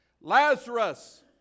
Lazarus